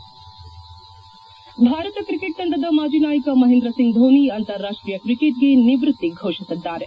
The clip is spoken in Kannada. ಹೆಡ್ ಭಾರತ ಕ್ರಿಕೆಟ್ ತಂಡದ ಮಾಜಿ ನಾಯಕ ಮಹೇಂದ್ರ ಸಿಂಗ್ ಧೋನಿ ಅಂತಾರಾಷ್ಟೀಯ ಕ್ರಿಕೆಟ್ಗೆ ನಿವೃತ್ತಿ ಘೋಷಿಸಿದ್ದಾರೆ